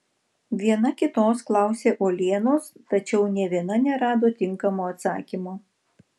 viena kitos klausė uolienos tačiau nė viena nerado tinkamo atsakymo